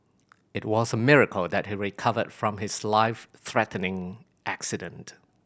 it was a miracle that he recovered from his life threatening accident